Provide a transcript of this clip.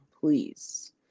Please